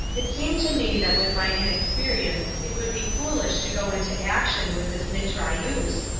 it seemed to me that with my inexperience it would be foolish to go into action with this mitrailleuse,